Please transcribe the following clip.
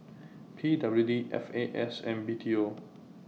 P W D F A S and B T O